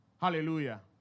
Hallelujah